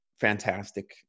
fantastic